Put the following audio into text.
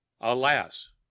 Alas